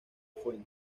fuente